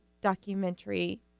documentary